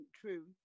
true